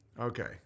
Okay